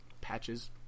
patches